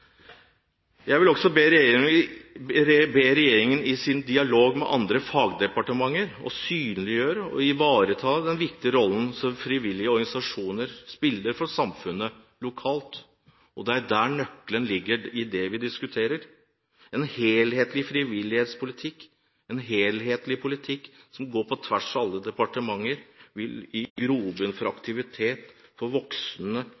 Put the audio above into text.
Jeg vil også be regjeringen i sin dialog med fagdepartementer å synliggjøre og ivareta den viktige rollen som frivillige organisasjoner spiller for samfunnet lokalt. Det er der nøkkelen til det vi diskuterer, ligger: En helhetlig frivillighetspolitikk, en helhetlig politikk, som går på tvers av alle departementer, vil gi grobunn for